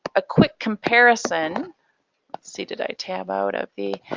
a quick comparison, let's see did i tab out of the,